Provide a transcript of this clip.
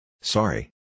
Sorry